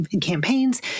campaigns